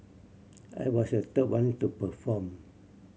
I was the third one to perform